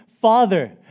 father